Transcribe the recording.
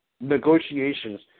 negotiations